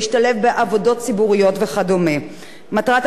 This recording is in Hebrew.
מטרת הצעת החוק היא להכיר במציאות שבה נערים